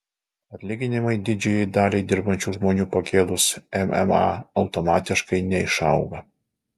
atlyginimai didžiajai daliai dirbančių žmonių pakėlus mma automatiškai neišauga